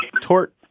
tort